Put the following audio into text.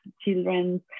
children